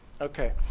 okay